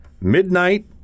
midnight